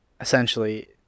essentially